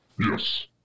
Yes